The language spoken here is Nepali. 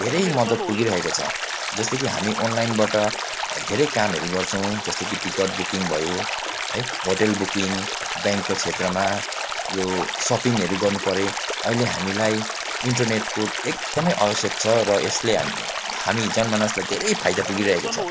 धेरै मद्दत पुगिरहेको छ जस्तै कि हामी अनलाइनबाट धेरै कामहरू गर्छौँ जस्तो कि टिकट बुकिङ भयो है होटल बुकिङ ब्याङ्कको क्षेत्रमा यो सपिङहरू गर्नुपरे अहिले हामीलाई इन्टरनेटको एकदमै आवश्यक छ र यसले हाम् हामी जनमानसलाई धेरै फाइदा पुगिरहेको छ